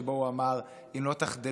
שבו הוא אמר: אם לא תחדלו,